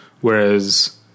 Whereas